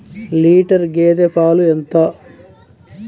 Litre గేదె పాలు ఎంత?